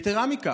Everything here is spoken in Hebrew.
יתרה מזו,